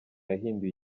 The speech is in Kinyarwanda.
yahinduye